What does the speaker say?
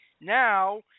Now